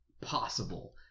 possible